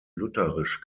lutherisch